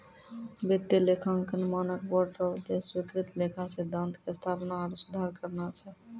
वित्तीय लेखांकन मानक बोर्ड रो उद्देश्य स्वीकृत लेखा सिद्धान्त के स्थापना आरु सुधार करना छै